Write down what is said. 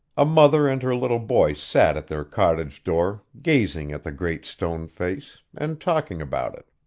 a mother and her little boy sat at their cottage-door, gazing at the great stone face, and talking about it.